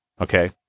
Okay